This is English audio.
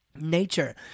nature